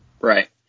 Right